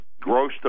Gross